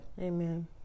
amen